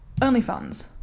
OnlyFans